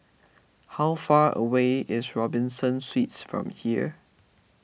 how far away is Robinson Suites from here